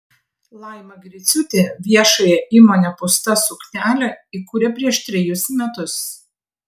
laima griciūtė viešąją įmonę pūsta suknelė įkūrė prieš trejus metus